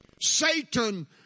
Satan